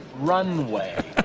runway